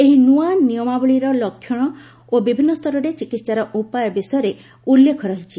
ଏହି ନୂଆ ନିୟମାବଳୀରେ ଲକ୍ଷଣ ଓ ବିଭିନ୍ନ ସ୍ତରରେ ଚିକିତ୍ସାର ଉପାୟ ବିଷୟରେ ଉଲ୍ଲ୍ଖେଖ ରହିଛି